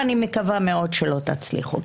ואני מקווה מאוד שלא תצליחו.